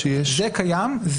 זה קיים.